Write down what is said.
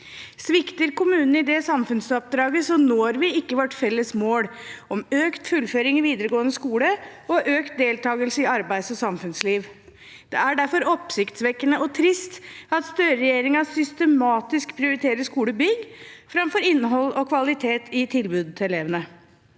Svikter kommunene i det samfunnsoppdraget, når vi ikke vårt felles mål om økt fullføring i videregående skole og økt deltakelse i arbeids- og samfunnsliv. Det er derfor oppsiktsvekkende – og trist – at Støre-regjeringen systematisk prioriterer skolebygg framfor innhold og kvalitet i tilbudet til elevene.